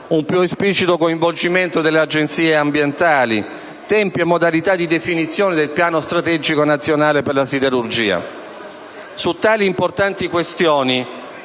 un più esplicito coinvolgimento delle agenzie ambientali, tempi e modalità di definizione del Piano strategico nazionale per la siderurgia. Su tali importanti questioni,